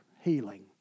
healing